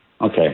Okay